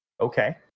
Okay